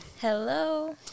Hello